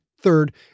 third